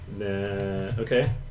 Okay